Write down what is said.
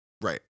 right